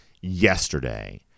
yesterday